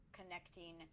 connecting